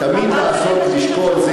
תמיד אפשר לשקול,